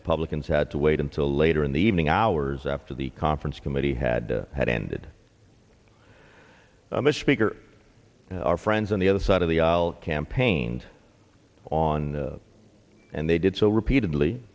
republicans had to wait until later in the evening hours after the conference committee had had ended i'm a speaker our friends on the other side of the aisle campaigned on on and they did so repeatedly